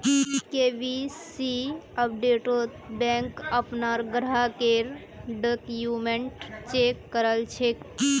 KYC अपडेटत bank अपनार ग्राहकेर डॉक्यूमेंट चेक कर छेक